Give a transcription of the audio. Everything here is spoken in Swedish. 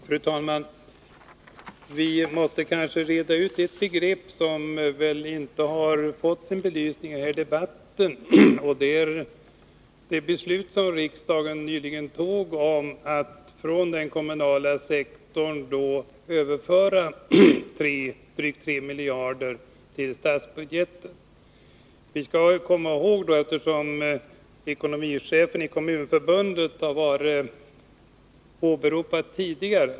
Fru talman! Vi måste kanske reda ut ett begrepp som inte fått sin belysning iden här debatten. Jag tänker på det beslut som riksdagen nyligen fattade om att från den kommunala sektorn överföra drygt 3 miljarder till statsbudgeten. Direktören vid Svenska kommunförbundets kommunalekonomiska avdelning har åberopats här tidigare.